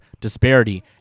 disparity